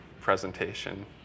presentation